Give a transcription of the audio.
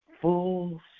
full